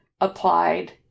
applied